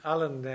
Alan